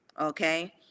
okay